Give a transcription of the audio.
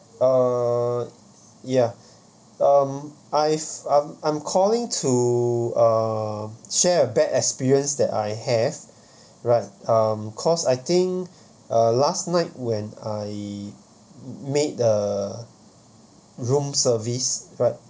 uh ya um I've I'm I'm calling to uh share a bad experience that I have right um cause I think uh last night when I made the room service right